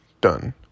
done